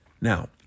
Now